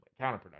counterproductive